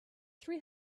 three